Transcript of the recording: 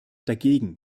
dagegen